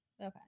Okay